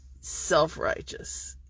self-righteous